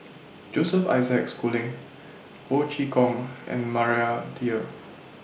Joseph Isaac Schooling Ho Chee Kong and Maria Dyer